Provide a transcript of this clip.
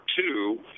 two